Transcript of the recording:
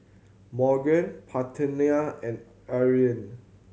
Morgan Parthenia and Irine